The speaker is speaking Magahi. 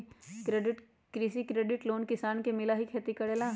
कृषि क्रेडिट लोन किसान के मिलहई खेती करेला?